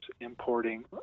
importing